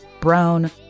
Brown